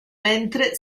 mentre